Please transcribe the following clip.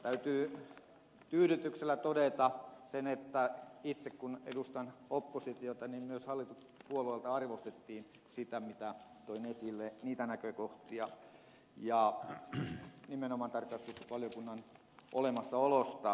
täytyy tyydytyksellä todeta se että itse kun edustan oppositiota niin myös hallituspuolelta arvostettiin sitä mitä toin esille niitä näkökohtia ja nimenomaan tarkastusvaliokunnan olemassaolosta